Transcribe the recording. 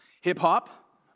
hip-hop